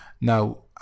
now